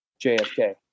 JFK